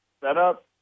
setup